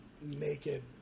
naked